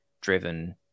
driven